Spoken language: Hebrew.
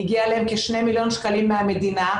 הגיע להם כשני מיליון שקלים מהמדינה,